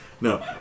No